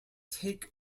take